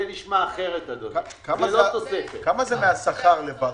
מה הוא השכר לבד?